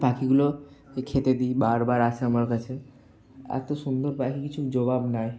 পাখিগুলোকে খেতে দিই বারবার আসে আমার কাছে এত সুন্দর পাখি কিছু জবাব নাই